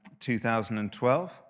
2012